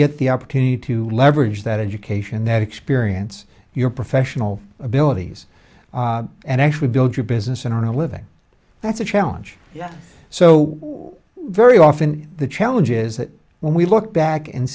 get the opportunity to leverage that education that experience your professional abilities and actually build your business in a living that's a challenge so very often the challenge is that when we look back and